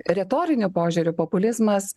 retoriniu požiūriu populizmas